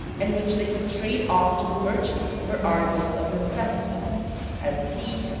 and which they could trade off to the merchants for articles of necessity as tea,